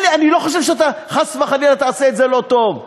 אני לא חושב שחס וחלילה תעשה את זה לא טוב,